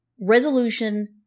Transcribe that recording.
resolution